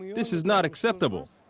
this is not acceptable!